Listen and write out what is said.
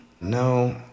no